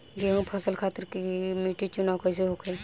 गेंहू फसल खातिर मिट्टी चुनाव कईसे होखे?